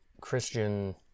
Christian